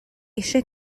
eisiau